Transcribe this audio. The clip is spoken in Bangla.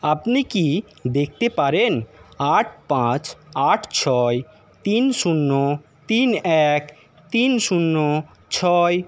আপনি কি দেখতে পারেন আট পাঁচ আট ছয় তিন শূন্য তিন এক তিন শূন্য ছয়